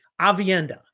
Avienda